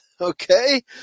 Okay